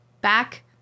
back